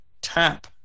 tap